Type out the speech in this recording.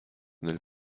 nel